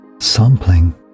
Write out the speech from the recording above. sampling